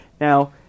Now